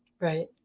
Right